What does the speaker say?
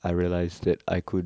I realised that I could